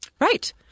Right